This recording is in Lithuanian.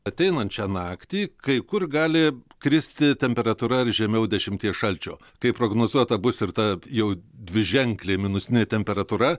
ateinančią naktį kai kur gali kristi temperatūra žemiau dešimties šalčio kaip prognozuota bus ir ta jau dviženklė minusinė temperatūra